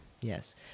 Yes